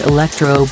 Electro